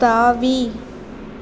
தாவி